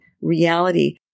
reality